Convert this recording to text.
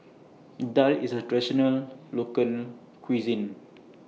Daal IS A Traditional Local Cuisine